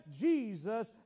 Jesus